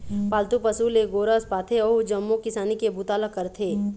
पालतू पशु ले गोरस पाथे अउ जम्मो किसानी के बूता ल करथे